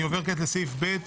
אני עובר לסעיף ב'